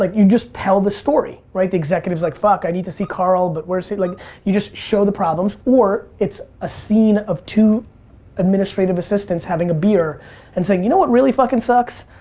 like you just tell the story, right? the executive's like, fuck, i need to see karl, but where's he? like you just show the problems or it's a scene of two administrative assistants having a beer and saying, you know what really fuckin' sucks?